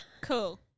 Cool